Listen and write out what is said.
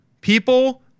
people